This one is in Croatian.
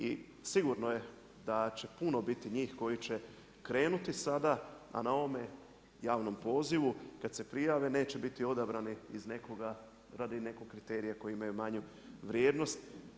I sigurno je da će puno biti njih koji će krenuti sada a na ovome javnom pozivu kada se prijave neće biti odabrani iz nekoga, radi nekog kriterija koji imaju manju vrijednost.